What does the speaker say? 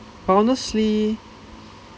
honestly